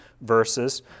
verses